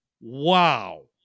Wow